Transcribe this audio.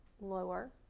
lower